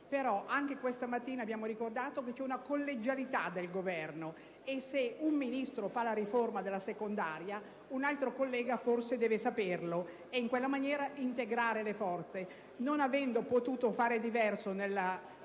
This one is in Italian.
anche questa mattina abbiamo ricordato che esiste una collegialità del Governo: se un Ministro fa la riforma della scuola secondaria un altro collega forse deve saperlo e in quella maniera integrare le forze. Non avendo potuto avere